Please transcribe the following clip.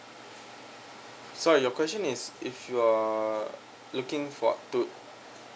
so your question is if you are looking for two